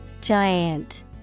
Giant